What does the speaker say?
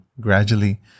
gradually